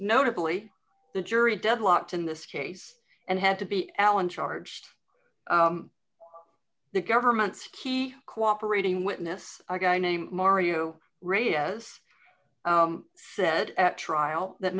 notably the jury deadlocked in this case and had to be allen charged the government's key cooperating witness a guy named mario rayas said at trial that